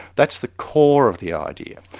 that's the core of the idea.